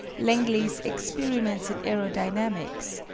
langley's experiments in aerodynamics,